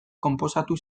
konposatu